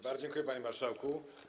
Bardzo dziękuję, panie marszałku.